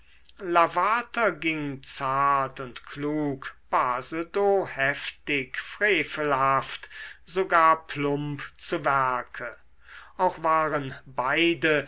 lavater ging zart und klug basedow heftig frevelhaft sogar plump zu werke auch waren beide